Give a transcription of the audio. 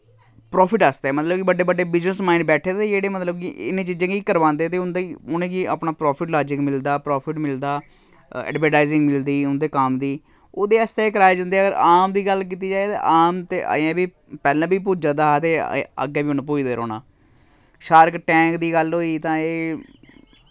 profit आस्तै मतलब कि बड्डे बड्डे बिजनेस माइंड बैठे दे जेह्ड़े मतलब कि इ'नें चीजें गी करवांदे ते उं'दे उ'नेंगी अपना प्राफिट लाजिक मिलदा प्राफिट मिलदा एडवरटाइजिंग मिलदी उं'दे कम्म दी ओह्दे आस्तै एह् कराए जन्दे अगर आम दी गल्ल कीती जाए ते आम ते अजें बी पैह्लें बी पुज्जा दा हा ते अग्गें बी उन पुजदे रौह्ना शार्क टैंक दी गल्ल होई तां एह्